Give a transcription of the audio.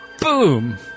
Boom